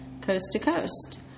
coast-to-coast